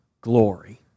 glory